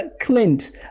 Clint